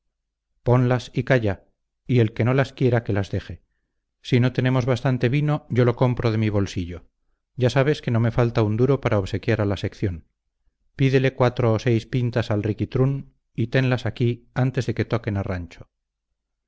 ponlas y calla y el que no las quiera que las deje si no tenemos bastante vino yo lo compro de mi bolsillo ya sabes que no me falta un duro para obsequiar a la sección pídele cuatro o seis pintas al riquitrún y tenlas aquí antes de que toquen a rancho